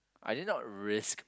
I did not risk